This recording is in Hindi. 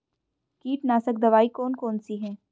कीटनाशक दवाई कौन कौन सी हैं?